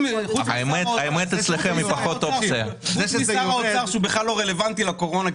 חוץ משר האוצר שהוא בכלל לא רלוונטי לקורונה,